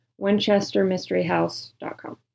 WinchesterMysteryHouse.com